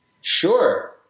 Sure